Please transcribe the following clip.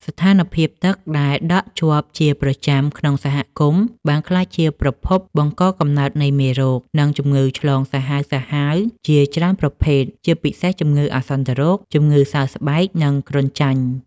ស្ថានភាពទឹកដែលដក់ជាប់ជាប្រចាំក្នុងសហគមន៍បានក្លាយជាប្រភពបង្កកំណើតនៃមេរោគ និងជំងឺឆ្លងសាហាវៗជាច្រើនប្រភេទ ជាពិសេសជំងឺអាសន្នរោគ ជំងឺសើស្បែក និងគ្រុនចាញ់។